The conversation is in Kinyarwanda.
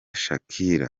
shakira